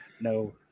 No